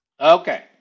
Okay